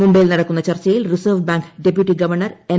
മുംബൈയിൽ നടക്കുന്ന ചർച്ചയിൽ reserve bank deputy governor N